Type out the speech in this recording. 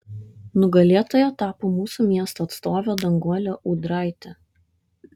nugalėtoja tapo mūsų miesto atstovė danguolė ūdraitė